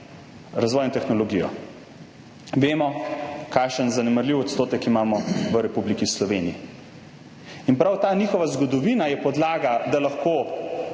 razvoj in tehnologijo. Vemo, kakšen zanemarljiv odstotek imamo v Republiki Sloveniji. In prav ta njihova zgodovina je podlaga, da lahko